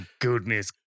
goodness